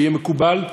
ויהיה מקובל.